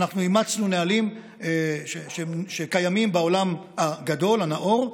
אימצנו נהלים שקיימים בעולם הגדול, הנאור,